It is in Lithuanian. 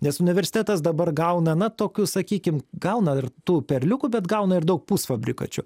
nes universitetas dabar gauna na tokius sakykim gauna ir tų perliukų bet gauna ir daug pusfabrikačių